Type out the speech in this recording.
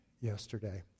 yesterday